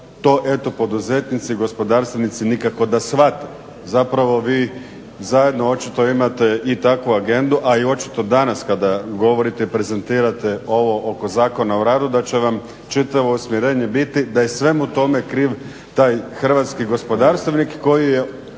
eto poduzetnici i gospodarstvenici nikako da shvate. Zapravo vi zajedno očito imate i takvu agendu, a i očito danas kada govorite i prezentirate ovo oko Zakona o radu da će vam čitavo usmjerenje biti da je svemu tome kriv taj hrvatski gospodarstvenik koji je